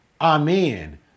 Amen